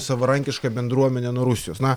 savarankiška bendruomenė nuo rusijos na